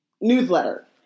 newsletter